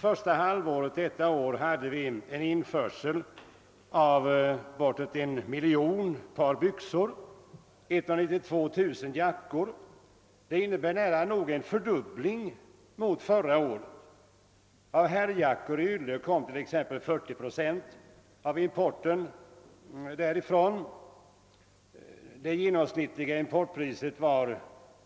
Första halvåret hade vi en införsel på bortåt 1 miljon par byxor och 192000 jackor, vilket nära nog innebär en fördubbling jämfört med förra året. Av herrjackor av ylle kom t.ex. 40 procent av importen därifrån. Det genomsnittliga importpriset var